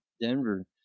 Denver